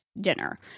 dinner